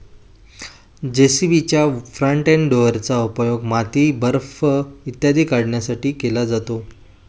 जे.सी.बीच्या front end लोडरचा उपयोग माती, बर्फ इत्यादी काढण्यासाठीही केला जातो